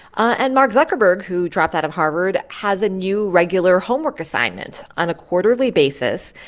and mark zuckerberg, who dropped out of harvard, has a new regular homework assignment. on a quarterly basis,